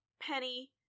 Penny